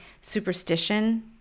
superstition